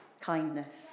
kindness